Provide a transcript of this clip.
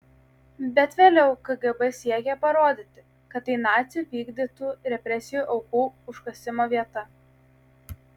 bet vėliau kgb siekė parodyti kad tai nacių vykdytų represijų aukų užkasimo vieta